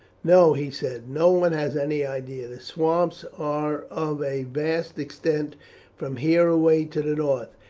no, he said, no one has any idea the swamps are of a vast extent from here away to the north.